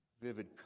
vivid